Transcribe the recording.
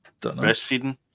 Breastfeeding